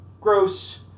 gross